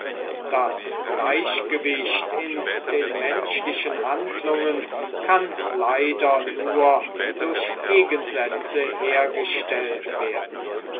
das gleichgewicht in den menschlichen handlungen kann leider nur durch gegensätze hergestellt werden